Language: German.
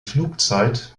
flugzeit